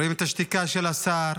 רואים את השתיקה של השר,